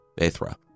Aethra